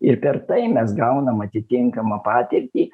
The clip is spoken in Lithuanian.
ir per tai mes gaunam atitinkamą patirtį